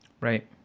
Right